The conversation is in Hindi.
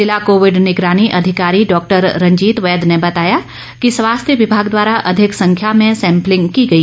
जिला कोविड निगरानी अधिकारी डॉक्टर रंजीत वैद ने बताया कि स्वास्थ्य विभाग द्वारा अधिक संख्या में सैंपलिंग की गई